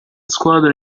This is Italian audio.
squadra